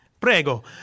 Prego